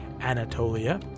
Anatolia